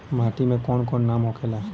माटी के कौन कौन नाम होखेला?